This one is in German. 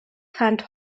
fand